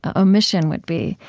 ah omission would be.